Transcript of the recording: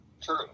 True